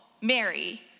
Mary